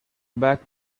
back